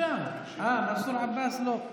אה, מנסור עבאס לא.